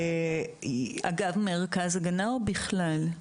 אגב מרכז הגנה או בכלל?